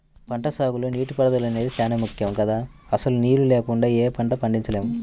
పంటసాగులో నీటిపారుదల అనేది చానా ముక్కెం గదా, అసలు నీళ్ళు లేకుండా యే పంటా పండించలేము